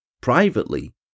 privately